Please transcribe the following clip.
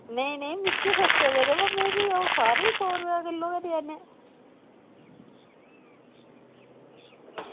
नेईं नेईं मिगी सस्ते पेदे बाऽ ओह् में सारें ई गै सस्ते देने